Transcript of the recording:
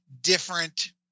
different